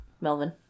Melvin